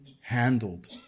handled